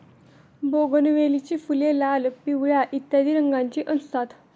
बोगनवेलीची फुले लाल, पिवळ्या इत्यादी रंगांची असतात